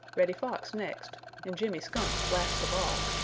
reddy fox next and jimmy skunk last of all,